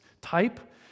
type